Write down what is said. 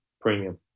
premium